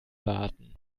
warten